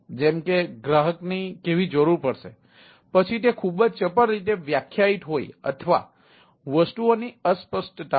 જેમ કે ગ્રાહકની કેવી જરૂર પડશે પછી તે ખૂબ જ ચપળ રીતે વ્યાખ્યાયિત હોય અથવા વસ્તુઓની અસ્પષ્ટતા હોય